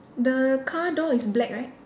the car door is black right